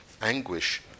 anguish